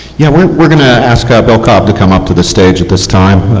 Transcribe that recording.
yeah we we are going to ask ah bill cobb to come up to the stage at this time.